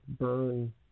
burn